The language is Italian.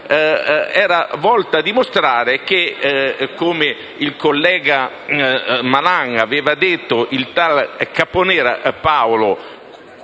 era volta a dimostrare che, come il collega Malan ha già detto, il tale Caponera Paolo